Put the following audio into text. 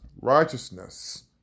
righteousness